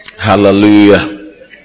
Hallelujah